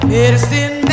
Medicine